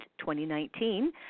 2019